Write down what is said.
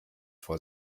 vor